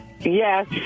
Yes